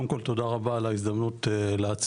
קודם כל תודה רבה על ההזדמנות להציג